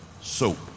soap